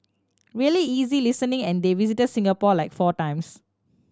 really easy listening and they visited Singapore like four times